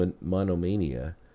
monomania